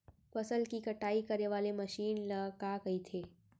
फसल की कटाई करे वाले मशीन ल का कइथे?